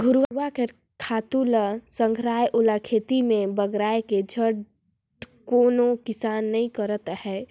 घुरूवा के खातू ल संघराय ओला खेत में बगराय के झंझट कोनो किसान नइ करत अंहे